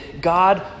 God